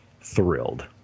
thrilled